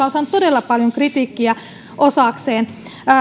on saanut todella paljon kritiikkiä osakseen